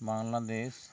Bangladesh